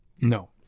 No